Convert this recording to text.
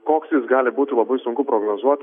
koks jis gali būti labai sunku prognozuoti